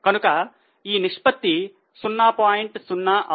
కనుక ఈ నిష్పత్తి 0